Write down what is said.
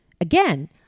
again